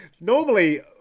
Normally